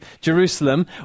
Jerusalem